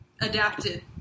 Adapted